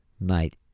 Mate